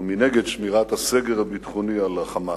ומנגד, שמירת הסגר הביטחוני על ה"חמאס".